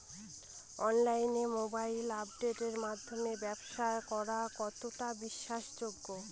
অনলাইনে মোবাইল আপের মাধ্যমে ব্যাবসা করা কতটা বিশ্বাসযোগ্য?